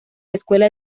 escuela